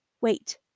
Wait